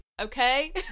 okay